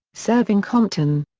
serving compton.